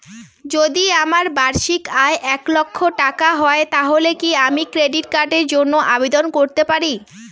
যদি আমার বার্ষিক আয় এক লক্ষ টাকা হয় তাহলে কি আমি ক্রেডিট কার্ডের জন্য আবেদন করতে পারি?